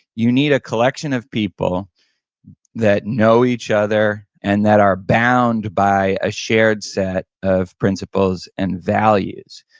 you need a collection of people that know each other, and that are bound by a shared set of principles and values.